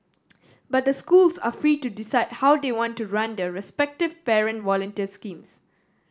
but the schools are free to decide how they want to run their respective parent volunteer schemes